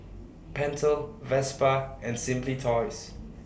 Pentel Vespa and Simply Toys